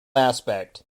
aspect